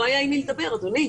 לא היה עם מי לדבר, אדוני.